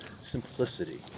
simplicity